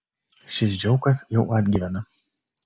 šis džiaukas jau atgyvena